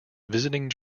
visiting